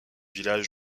village